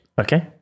Okay